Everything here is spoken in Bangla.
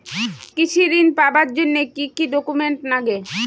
কৃষি ঋণ পাবার জন্যে কি কি ডকুমেন্ট নাগে?